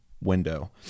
window